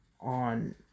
on